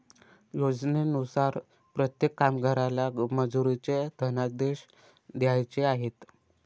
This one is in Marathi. योजनेनुसार प्रत्येक कामगाराला मजुरीचे धनादेश द्यायचे आहेत